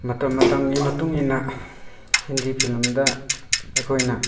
ꯃꯇꯝ ꯃꯇꯝꯒꯤ ꯃꯇꯨꯡ ꯏꯟꯅ ꯍꯤꯟꯗꯤ ꯐꯤꯜꯝꯗ ꯑꯩꯈꯣꯏꯅ